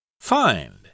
Find